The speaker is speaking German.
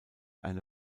eine